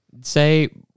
say